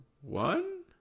one